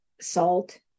salt